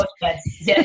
yes